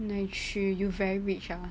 内区 you very rich ah